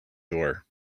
door